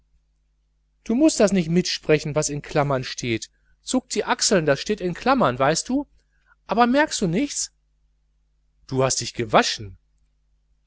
du mußt das nicht mitsprechen was in klammern steht zuckt die achseln das steht in klammern weißt du aber merkst du nichts du hast dich gewaschen